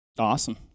Awesome